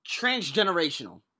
transgenerational